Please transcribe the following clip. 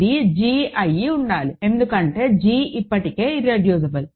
ఇది g అయ్యి ఉండాలి ఎందుకంటే g ఇప్పటికే ఇర్రెడ్యూసిబుల్